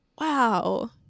wow